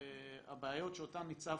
שהבעיות שאותן הצפנו,